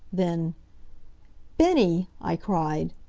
then bennie! i cried.